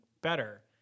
better